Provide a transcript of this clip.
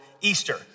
Easter